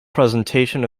presentation